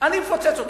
אני מפוצץ אותו.